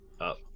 Up